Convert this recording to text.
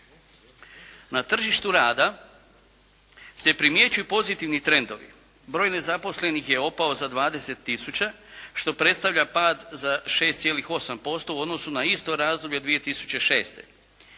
Na tržištu rada se primjećuju pozitivni trendovi, broj nezaposlenih je opao za 20 000 što predstavlja pad za 6,8% u odnosu na isto razdoblje 2006.